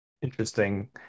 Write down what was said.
Interesting